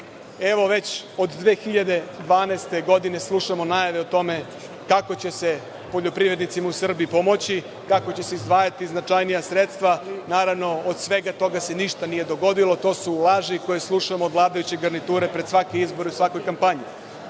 evo već od 2012. godine slušamo najave o tome kako će se poljoprivrednicima u Srbiji pomoći, kako će se izdvajati značajnija sredstva. Naravno, od svega toga se ništa nije dogodilo. To su laži koje slušamo od vladajuće garniture pred svake izbore u svakoj kampanji. Srpska